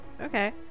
Okay